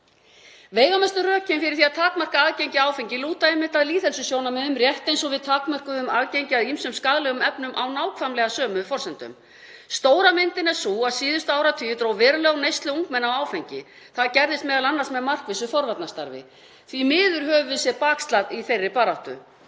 Veigamestu rökin fyrir því að takmarka aðgengi að áfengi lúta einmitt að lýðheilsusjónarmiðum, rétt eins og við takmörkum aðgengi að ýmsum skaðlegum efnum á nákvæmlega þeim forsendum. Stóra myndin er sú að síðustu áratugi dró verulega úr neyslu ungmenna á áfengi. Það gerðist með markvissu forvarnastarfi. Því miður höfum við séð bakslag í þeirri baráttu.